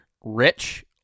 rich